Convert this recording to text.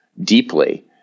deeply